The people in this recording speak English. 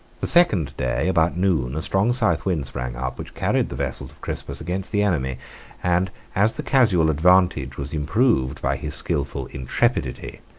the second day, about noon, a strong south wind sprang up, which carried the vessels of crispus against the enemy and as the casual advantage was improved by his skilful intrepidity,